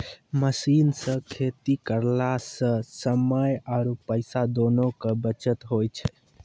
machine सॅ खेती करला स समय आरो पैसा दोनों के बचत होय छै